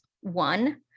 One